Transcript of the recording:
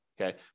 Okay